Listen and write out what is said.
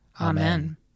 Amen